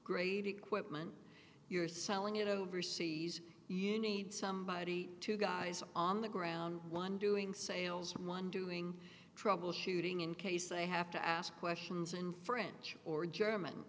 grade equipment you're selling it overseas you need somebody to guys on the ground one doing sales and one doing troubleshooting in case they have to ask questions in french or german